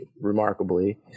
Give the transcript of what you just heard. remarkably